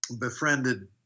befriended